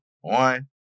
one